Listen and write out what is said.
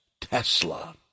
Tesla